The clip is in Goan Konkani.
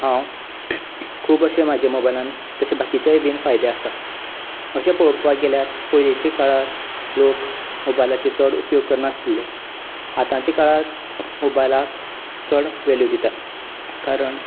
हांव खूब अशें म्हाज्या मोबायलान तशें बाकीचें बीन फायदें आसा अशें पळोवपाक गेल्यार पयलींच्या काळार लोक मोबायलाचे चड उपयोग करना आसले आतांच्या काळाक मोबायलाक चड वेल्यू दितात कारण